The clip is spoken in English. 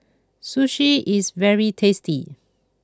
Sushi is very tasty